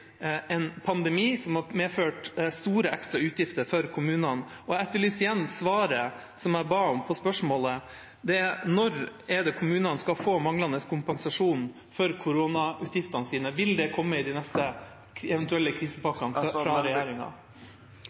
en pandemi som har medført store ekstra utgifter for kommunene, og jeg etterlyser igjen svaret som jeg ba om på spørsmålet: Når er det kommunene skal få manglende kompensasjon for koronautgiftene sine? Vil det komme i de neste, eventuelle krisepakkene fra regjeringa?